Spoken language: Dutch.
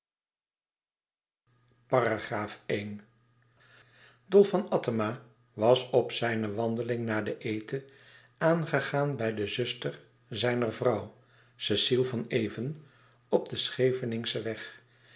dolf van attema was op zijne wandeling na den eten aangegaan bij de zuster zijner vrouw cecile van even op den scheveningschen weg